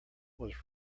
was